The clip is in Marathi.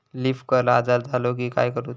लीफ कर्ल आजार झालो की काय करूच?